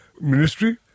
ministry